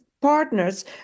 partners